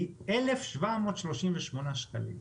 היא 1,738 שקלים.